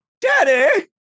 Daddy